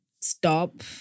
stop